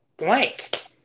Blank